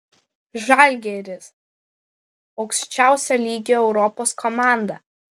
žalgiris aukščiausio lygio europos komanda